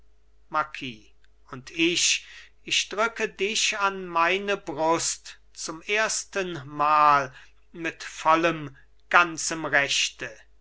marquis und ich ich drücke dich an meine brust zum erstenmal mit vollem ganzem rechte